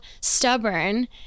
stubborn